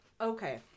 Okay